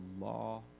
law